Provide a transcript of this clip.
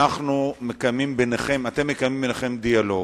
אתם מקיימים ביניכם דיאלוג.